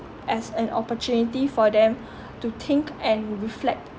as an opportunity for them to think and reflect